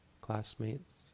classmates